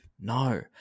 No